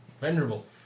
venerable